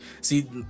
See